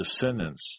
descendants